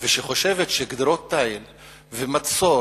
וחושבת שגדרות תיל ומצור